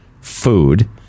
food